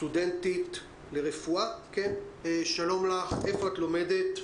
סטודנטית לרפואה, שלום לך, איפה את לומדת?